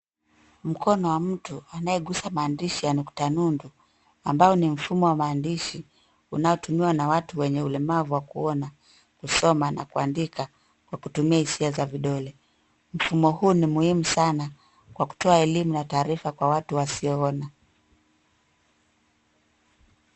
Mkono wa mtu anayeguza maandishi ya nukta nudu ambayo ni mfumo wa maandishi unaotumiwa na watu wenye ulemavu wa kuona, kusoma na kuandika kwa kutumia hisia za vidole. Mfumo huu ni muhimu sana kwa kutoa elimu na taarifa kwa watu wasioona.